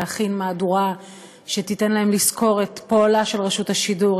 להכין מהדורה שתיתן להם לסקור את פועלה של רשות השידור,